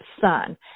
son